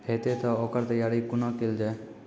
हेतै तअ ओकर तैयारी कुना केल जाय?